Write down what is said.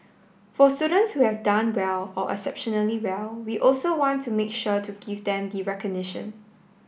for students who have done well or exceptionally well we also want to make sure to give them the recognition